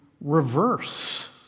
reverse